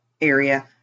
area